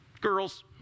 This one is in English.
Girls